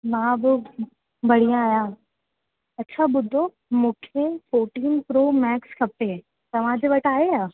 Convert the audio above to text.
मां बि बढ़िया आहियां अच्छा ॿुधो मूंखे फ़ोटीन प्रो मैक्स खपे तव्हांजे वटि आहे या